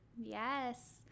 Yes